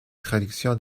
traductions